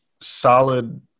solid